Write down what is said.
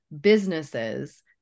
businesses